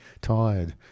tired